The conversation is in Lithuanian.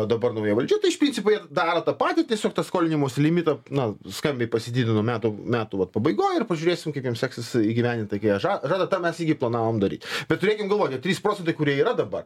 dabar nauja valdžia tai iš principo jie daro tą patį tiesiog tą skolinimosi limitą na skambiai pasididino metų metų va pabaigoj ir pažiūrėsim kaip jiem seksis įgyvendint tai ką jie ža žada tą mes irgi planavom daryt bet turėkim galvoj kad trys procentai kurie yra dabar